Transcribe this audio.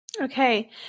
Okay